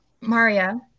Maria